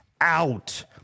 out